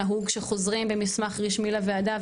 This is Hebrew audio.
נהוג שחוזרים במסמך רשמי לוועדה,